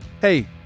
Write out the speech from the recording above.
hey